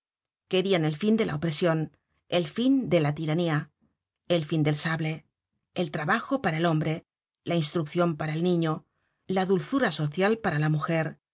querian el fin de la opresion el fin de la tiranía el fin del sable el trabajo para el hombre la instruccion para el niño la dulzura social para la mujer